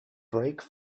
brake